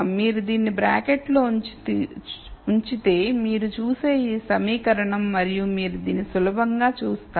మీరు దీనిని బ్రాకెట్లో ఉంచితే మీరు చూసే ఈ సమీకరణం మరియు మీరు దీన్ని సులభంగా చూస్తారు